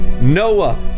Noah